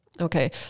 Okay